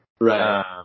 right